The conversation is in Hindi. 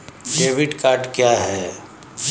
डेबिट कार्ड क्या है?